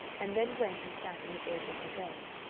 and then went and sat on the edge of her bed.